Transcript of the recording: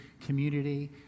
community